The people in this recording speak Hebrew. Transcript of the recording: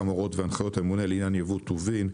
גם הוראות והנחיות הממונה לעניין ייבוא טובין,